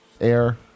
air